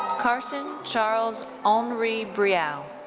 carson charles henri brial.